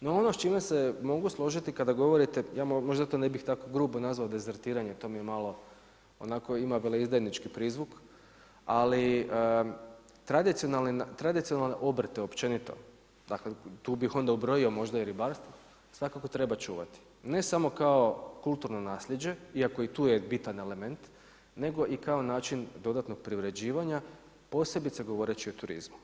No ono s čime se mogu složiti kada govorite, ja možda to ne bih tako grubo nazvao dezertiranjem, to mi malo ima onako veleizdajnički prizvuk, ali tradicionalne obrte općenito, dakle tu bih onda ubrojio možda i ribarstvo, svakako treba čuvati, ne samo kao kulturno naslijeđe iako i tu je bitan element, nego i kao način dodatnog preuređivanja posebice govoreći o turizmu.